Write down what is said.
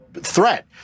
threat